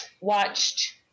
Watched